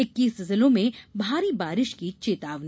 इक्कीस जिलों में भारी बारिश की चेतावनी